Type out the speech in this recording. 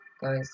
guys